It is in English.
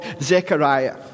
Zechariah